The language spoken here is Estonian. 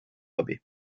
abi